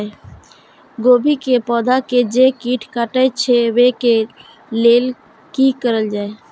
गोभी के पौधा के जे कीट कटे छे वे के लेल की करल जाय?